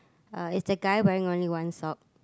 uh is the guy wearing only one sock